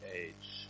age